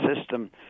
system